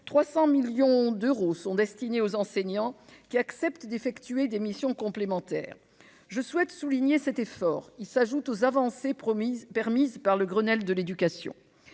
300 millions d'euros sont destinés aux enseignants qui acceptent d'effectuer des missions complémentaires. Je tiens à souligner cet effort. Il s'ajoute aux avancées permises par le Grenelle de l'éducation.